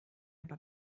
aber